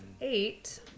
eight